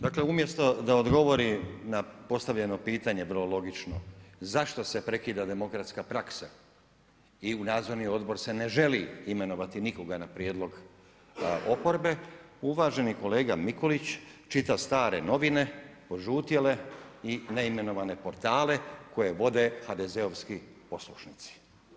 Dakle, umjesto da odgovorim na postavljeno pitanje vrlo logično zašto se prekida demokratska praksa i u nadzorni odbor se ne želi imenovati nikoga na prijedlog oporbe, uvaženi kolega Mikulić čita stare novine, požutjele i neimenovane portale koje vode HDZ-ovski poslušnici.